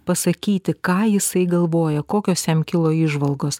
pasakyti ką jisai galvoja kokios jam kilo įžvalgos